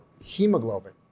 hemoglobin